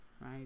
right